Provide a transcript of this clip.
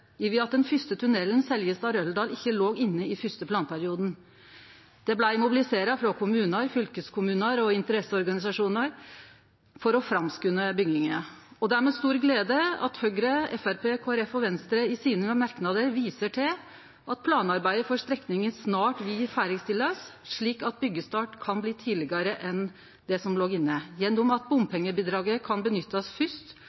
skuffelse over at den fyrste tunnelen, Seljestad–Røldal, ikkje låg inne i den fyrste planperioden. Det blei mobilisert frå kommunar, fylkeskommunar og interesseorganisasjonar for å framskunde bygginga. Det er med stor glede Høgre, Framstegspartiet, Kristeleg Folkeparti og Venstre i merknadene sine viser til at planarbeidet for strekninga snart vil ferdigstillast, slik at byggjestart kan bli tidlegare enn det som låg inne, gjennom at